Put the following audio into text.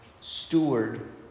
steward